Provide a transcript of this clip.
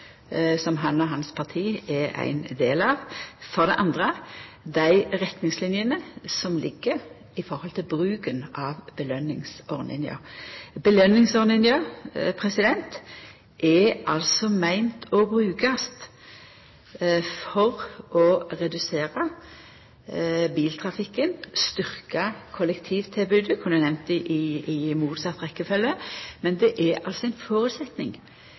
som han og hans parti er ein del av, og for det andre dei retningslinjene som ligg her når det gjeld bruken av belønningsordninga. Belønningsordninga er meint å skulla brukast for å redusera biltrafikken og styrkja kollektivtilbodet – eg kunne ha nemnt dette i motsett rekkjefølgje – men det er altså ein